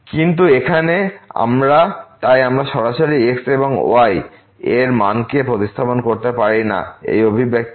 কিন্তু এখানে তাই আমরা সরাসরি x এবং y এইএর মানকে প্রতিস্থাপন করতে পারি না এই অভিব্যক্তিতে